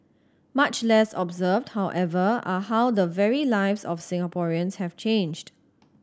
much less observed however are how the very lives of Singaporeans have changed